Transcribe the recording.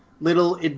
little